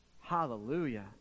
Hallelujah